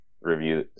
review